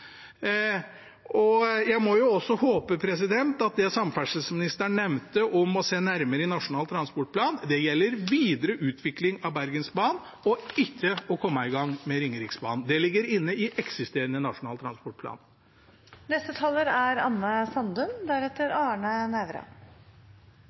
utbyggingen. Jeg må også håpe at det samferdselsministeren nevnte om å se nærmere på det i Nasjonal transportplan, gjelder videre utvikling av Bergensbanen, ikke å komme i gang med Ringeriksbanen. Det ligger inne i eksisterende Nasjonal